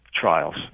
trials